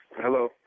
Hello